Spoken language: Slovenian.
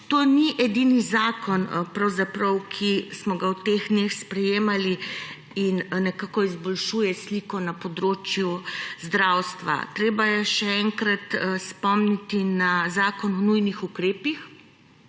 to ni edini zakon, ki smo ga v teh dneh sprejemali in nekako izboljšuje sliko na področju zdravstva. Treba je še enkrat spomniti na zakon o nujnih ukrepih